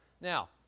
Now